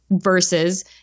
versus